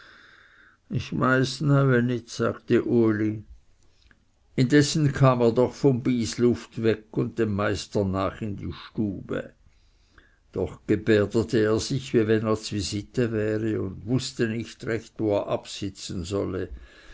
ich weiß's neue nit sagte uli indessen kam er doch vom bysluft weg und dem meister nach in die stube doch gebärdete er sich wie wenn er zvisite wäre und wußte nicht recht wo er absitzen solle